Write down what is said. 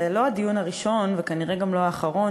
זה לא הדיון הראשון וכנראה גם לא האחרון